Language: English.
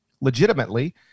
legitimately